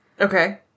Okay